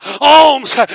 alms